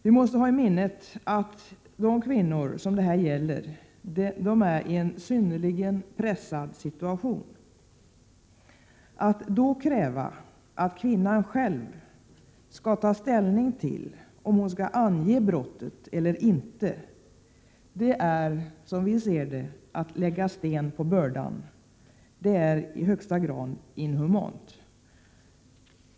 Vi måste ha i minnet att de kvinnor som det här gäller är i en synnerligen pressad situation. Att då kräva att kvinnan själv skall ta ställning till om hon skall ange brottet eller inte är enligt vår uppfattning att lägga sten på bördan. Det är i högsta grad inhumant.